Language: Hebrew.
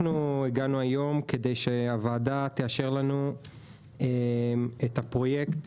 הגענו היום כדי שהוועדה תאשר לנו את הפרויקט.